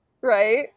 Right